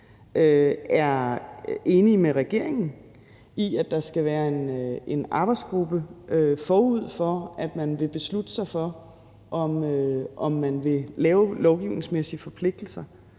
er enige med regeringen i, at der skal være en arbejdsgruppe, forud for at man vil beslutte sig for, om man vil lave lovgivningsmæssige forpligtelser,